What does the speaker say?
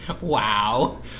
Wow